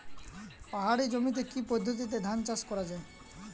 পাহাড়ী জমিতে কি পদ্ধতিতে ধান চাষ করা যায়?